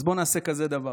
אז בואו נעשה כזה דבר,